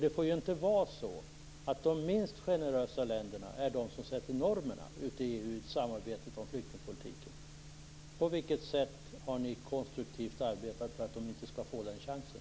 Det får inte vara så att de minst generösa länderna sätter normerna i EU-samarbetet om flyktingpolitiken. På vilket sätt har ni konstruktivt arbetat för att de inte skall få den chansen?